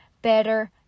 better